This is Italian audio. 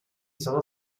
sono